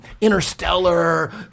Interstellar